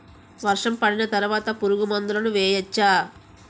వర్షం పడిన తర్వాత పురుగు మందులను వేయచ్చా?